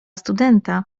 studenta